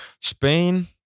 Spain